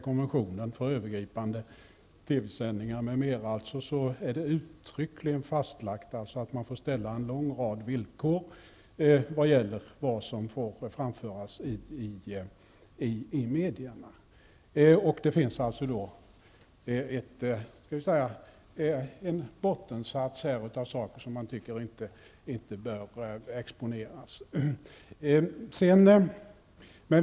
TV-sändningar m.m. är det uttryckligen fastlagt att man får ställa en lång rad villkor beträffande vad som får framföras i medierna. Det finns alltså en ''bottensats'' av saker som man tycker inte bör exponeras.